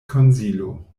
konsilo